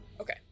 Okay